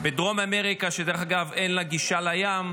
בדרום אמריקה, שדרך אגב אין לה גישה לים,